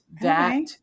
that-